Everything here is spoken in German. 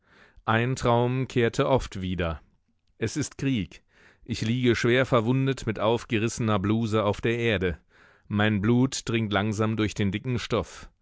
ein traum kehrte oft wieder es ist krieg ich liege schwer verwundet mit aufgerissener bluse auf der erde mein blut dringt langsam durch den dicken stoff